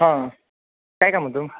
हां काय काम होतं